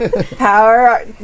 power